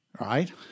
right